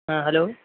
ہاں ہیلو